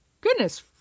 goodness